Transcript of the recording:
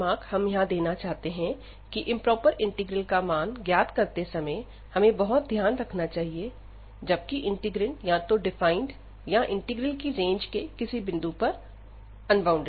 एक और रिमार्क हमें देना चाहते हैं की इंप्रोपर इंटीग्रल का मान ज्ञात करते समय हमें बहुत ध्यान रखना चाहिए जबकि इंटीग्रैंड या तो डिफाइन या इंटीग्रल की रेंज के किसी बिंदु पर अनबॉउंडेड हैं